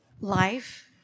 Life